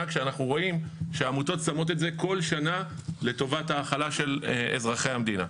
כשאנחנו רואים שהעמותות שמות את זה כל שנה לטובת החלש של אזרחי המדינה.